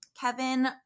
Kevin